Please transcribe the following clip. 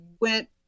went